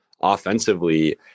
offensively